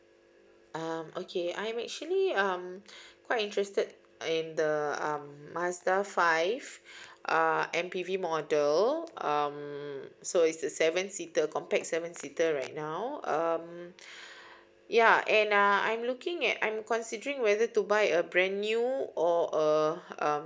mm okay I'm actually um quite interested in the um Mazda five uh M_P_V model um so it's a seven seater compact seven seater right now um ya and uh I'm looking at I'm considering whether to buy a brand new or a um